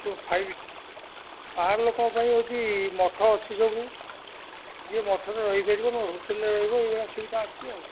ସବୁ ଫାଇବଷ୍ଟାର ବାହାରଲୋକଙ୍କ ପାଇଁ ହେଉଛି ମଠ ଅଛି ସବୁ ଯିଏ ମଠରେ ରହିପାରିବ ବା ହୋଟେଲରେ ରହିବ ଏ ସୁବିଧା ଅଛି ଆଉ